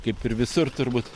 kaip ir visur turbūt